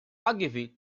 ogilvy